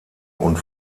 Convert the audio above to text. und